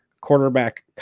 quarterback